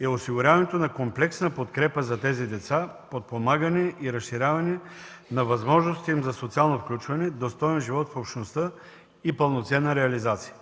е осигуряването на комплексна подкрепа за тези деца, подпомагане и разширяване на възможностите им за социално включване, достоен живот в общността и пълноценна реализация.